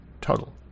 total